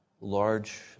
large